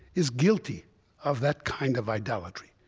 is guilty of that kind of idolatry.